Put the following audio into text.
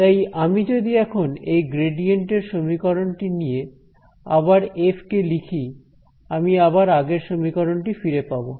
তাই আমি যদি এখন এই গ্রেডিয়েন্ট এর সমীকরণটি নিয়ে আবার এফ কে লিখি আমি আবার আগের সমীকরণটি ফিরে পাবো